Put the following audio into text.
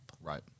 Right